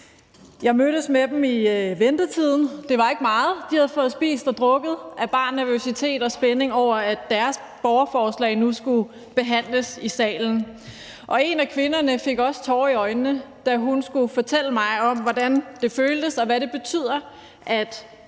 Jeg mødtes med dem i ventetiden. Det var ikke meget, de havde fået spist og drukket af bare nervøsitet og spænding over, at deres borgerforslag nu skulle behandles i salen. En af kvinderne fik også tårer i øjnene, da hun skulle fortælle mig om, hvordan det føltes, og hvad det betyder, at